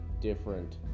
different